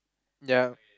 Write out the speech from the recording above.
ya